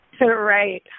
Right